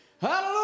Hallelujah